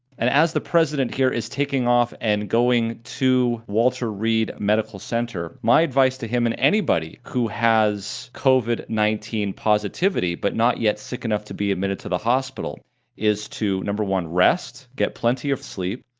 and as the president here is taking off and going to walter reed medical center, my advice to him and anybody who has covid nineteen positivity but not yet sick enough to be admitted to the hospital is to number one rest, get plenty of sleep,